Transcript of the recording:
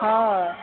অ